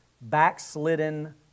backslidden